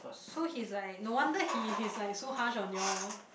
so he's like no wonder he he's like so harsh on you all